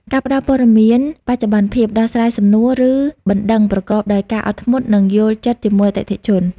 ការផ្តល់ព័ត៌មានបច្ចុប្បន្នភាព ដោះស្រាយសំណួរ ឬបណ្តឹងប្រកបដោយការអត់ធ្មត់ និងយល់ចិត្តជាមួយអតិថិជន។